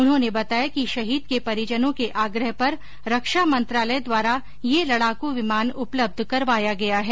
उन्होंने बताया कि शहीद के परिजनों के आग्रह पर रक्षा मंत्रालय द्वारा ये लड़ाकू विमान उपलब्ध करवाया गया है